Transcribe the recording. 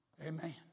Amen